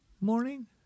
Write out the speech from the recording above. morning